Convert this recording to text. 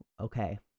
okay